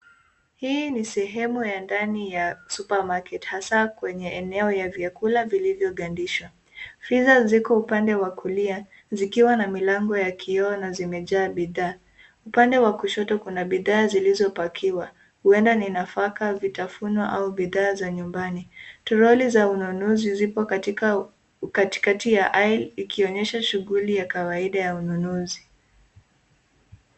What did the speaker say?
Hii ni sehemu ya ndani ya supemarket hasa kwenye eneo ya vyakula vilivyo gandishwa. Friza ziko upande wa kulia zikiwa na milango ya kioo na zimejaa bidhaa. Upande wa kushoto kuna bidhaa zilizopakiwa, huenda ni nafaka, vitafuno au bidhaa za nyumbani. Troli za ununuzi zipo katikati ya aisle ikionyesha shughuli ya kawaida ya ununuzi.